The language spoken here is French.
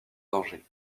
danger